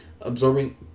Absorbing